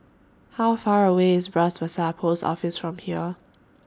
How Far away IS Bras Basah Post Office from here